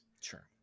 sure